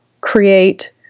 create